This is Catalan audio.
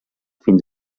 fins